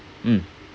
mm